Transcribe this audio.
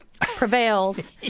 Prevails